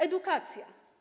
Edukacja.